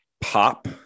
pop